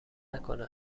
نکنه